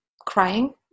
crying